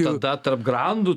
tada tarp grandų